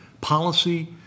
policy